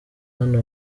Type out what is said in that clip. hano